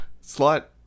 slot